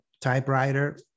typewriter